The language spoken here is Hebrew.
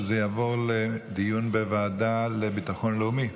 שזה יעבור לדיון בוועדה לביטחון לאומי?